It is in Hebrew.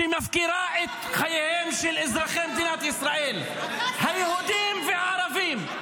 שמפקירה את חייהם של אזרחי מדינת ישראל ------- היהודים והערבים,